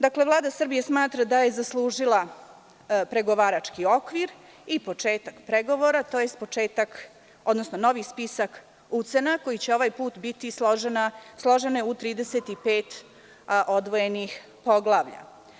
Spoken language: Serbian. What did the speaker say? Dakle, Vlada Srbije smatra da je zaslužila pregovarački okvir i početak pregovora, tj. početak, odnosno novi spisak ucena koji će ovaj put biti složene u 35 odvojenih poglavlja.